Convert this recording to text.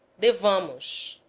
devermos